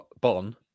Bon